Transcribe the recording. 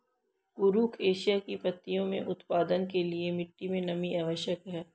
कुरुख एशिया की पत्तियों के उत्पादन के लिए मिट्टी मे नमी आवश्यक है